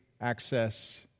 access